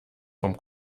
vom